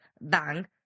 Bang